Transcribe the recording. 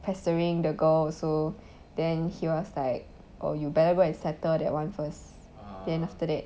pestering the girl also then he was like oh you better go and settle that one first then after that